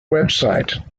website